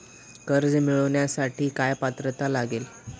कर्ज मिळवण्यासाठी काय पात्रता लागेल?